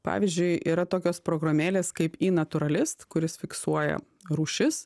pavyzdžiui yra tokios programėlės kaip inaturalist kuris fiksuoja rūšis